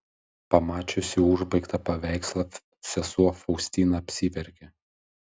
pamačiusi užbaigtą paveikslą sesuo faustina apsiverkė